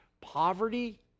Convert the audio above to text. poverty